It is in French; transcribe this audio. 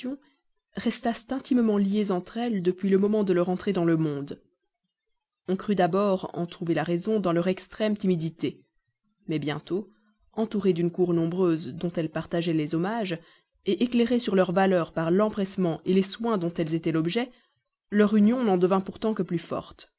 restassent intimement liées entre elles depuis le moment de leur entrée dans le monde on crut d'abord en trouver la raison dans leur extrême timidité mais bientôt entourées d'une cour nombreuse dont elles partageaient les hommages éclairées sur leur valeur par l'empressement les soins dont elles étaient l'objet leur union n'en devint pourtant que plus forte